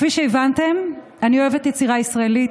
כפי שהבנתם, אני אוהבת יצירה ישראלית.